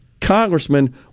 congressman